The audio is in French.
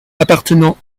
appartenant